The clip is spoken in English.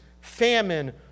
famine